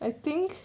I think